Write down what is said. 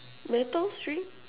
metal string